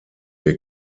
ihr